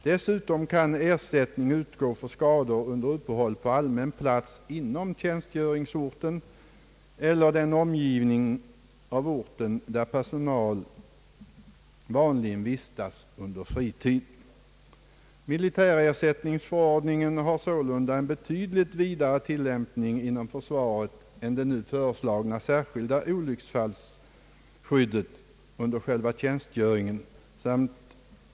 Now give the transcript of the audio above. Dessutom kan ersättning utgå för skador under uppehåll på allmän plats inom tjänstgöringsorten eller den omgivning av orten där personal vanligen vistas under fritid. Militärersättningsförordningen — har sålunda en betydligt vidare tillämpning inom försvaret än det nu föreslagna särskilda olycksfallsskyddet under själva tjänstgöringen.